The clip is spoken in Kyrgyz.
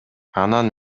анан